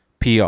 pr